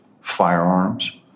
firearms